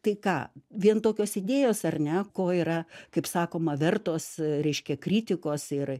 tai ką vien tokios idėjos ar ne ko yra kaip sakoma vertos reiškia kritikos ir